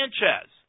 Sanchez